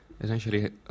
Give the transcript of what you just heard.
essentially